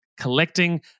collecting